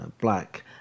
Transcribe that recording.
black